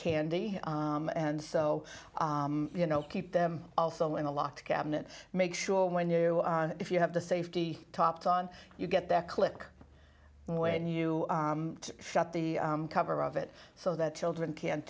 candy and so you know keep them also in a locked cabinet make sure when you if you have the safety topped on you get there click when you shut the cover of it so that children can't